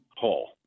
Hall